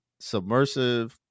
submersive